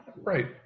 Right